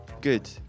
Good